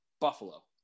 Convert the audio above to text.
Buffalo